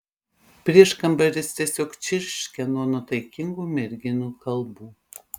prieškambaris tiesiog čirškia nuo nuotaikingų merginų kalbų